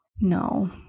No